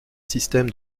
système